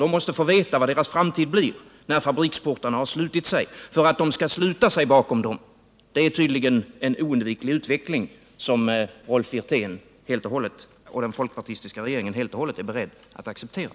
De måste få veta vilken deras framtid blir, när fabriksportarna har slutit sig — för att portarna skall slutas bakom dessa människor är tydligen en oundviklig utveckling som Rolf Wirtén och den folkpartistiska regeringen helt och hållet är beredd att acceptera.